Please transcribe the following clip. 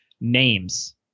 names